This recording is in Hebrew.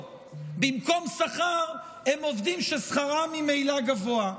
במקום שכר הם עובדים ששכרם ממילא גבוה.